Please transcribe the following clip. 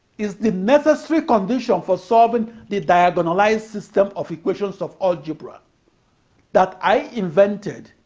is the necessary condition for solving the diagonalized system of equations of algebra that i invented